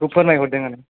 बेखौ फोरमाय हरदों आरो